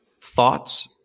Thoughts